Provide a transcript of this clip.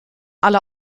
alle